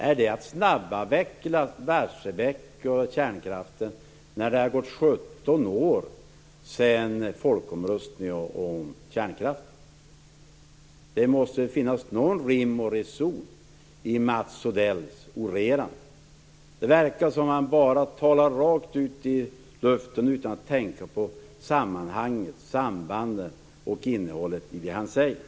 Är det att snabbavveckla Barsebäck och kärnkraften när det har gått 17 år sedan folkomröstningen om kärnkraft? Det måste finnas något rim och reson i Mats Odells orerande. Det verkar som om han bara talar rakt ut i luften utan att tänka på sammanhanget, sambanden och innehållet i det han säger.